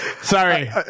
Sorry